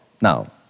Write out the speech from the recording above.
Now